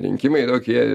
rinkimai yra tokie